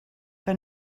que